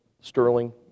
Sterling